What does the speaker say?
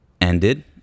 ended